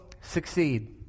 succeed